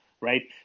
right